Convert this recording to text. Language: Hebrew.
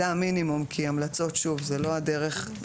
זה המינימום כי שוב, המלצות זה לא דרך המלך.